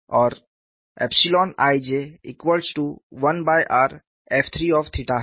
और ij1rf3 है